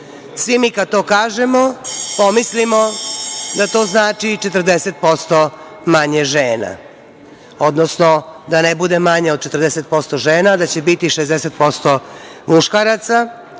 Svi mi kad to kažemo pomislimo na da to znači 40% manje žena, odnosno da ne bude manje od 40% žena, da će biti 60% muškaraca.